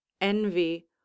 envy